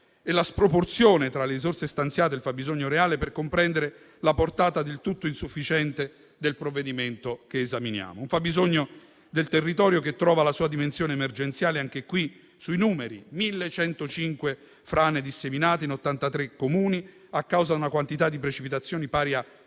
e la sproporzione tra le risorse annoverate e il fabbisogno reale per comprendere la portata del tutto insufficiente del provvedimento che esaminiamo. Il fabbisogno del territorio trova la sua dimensione emergenziale anche in questo caso sui numeri: 1.105 frane disseminate in 83 Comuni, a causa di una quantità di precipitazioni pari a